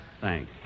Thanks